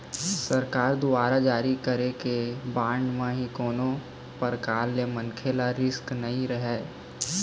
सरकार दुवारा जारी करे गे बांड म ही कोनो परकार ले मनखे ल रिस्क नइ रहय